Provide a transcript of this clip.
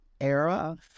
era